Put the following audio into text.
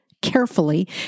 carefully